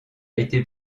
été